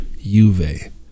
Juve